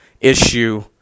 issue